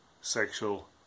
sexual